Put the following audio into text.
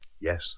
Yes